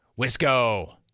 Wisco